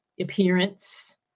appearance